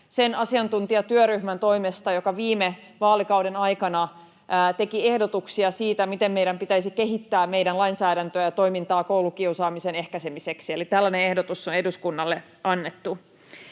sen asiantuntijatyöryhmän toimesta, joka viime vaalikauden aikana teki ehdotuksia siitä, miten meidän pitäisi kehittää meidän lainsäädäntöä ja toimintaa koulukiusaamisen ehkäisemiseksi. Eli tällainen ehdotus on eduskunnalle annettu.